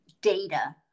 data